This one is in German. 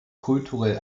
kulturell